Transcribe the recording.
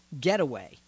getaway